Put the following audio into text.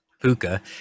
puka